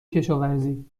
کشاورزی